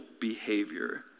behavior